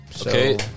Okay